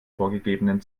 vorgegebenen